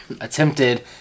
attempted